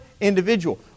individual